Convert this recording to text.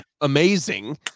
amazing